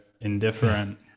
indifferent